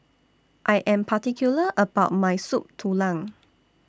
I Am particular about My Soup Tulang